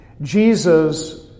Jesus